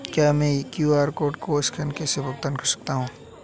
क्या मैं QR code को स्कैन करके भुगतान कर सकता हूं?